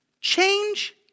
change